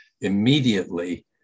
immediately